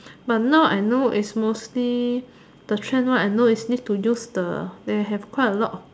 but now I know is mostly the trend one I know is use the they have quite a lot of